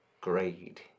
grade